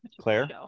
Claire